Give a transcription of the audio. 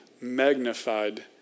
magnified